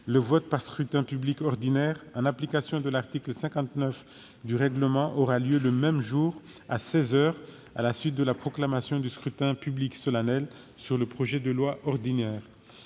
Le vote, par scrutin public ordinaire, en application de l'article 59 du règlement, aura lieu le même jour, à seize heures, à la suite de la proclamation du scrutin public solennel sur le projet de loi ordinaire.